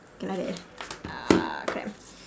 okay like that ah cramp